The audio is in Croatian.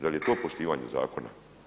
Da li je to poštivanje zakona?